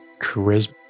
Charisma